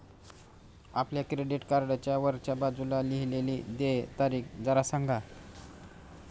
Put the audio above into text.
आपल्या क्रेडिट कार्डच्या वरच्या बाजूला लिहिलेली देय तारीख जरा सांगा